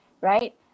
Right